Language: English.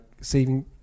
saving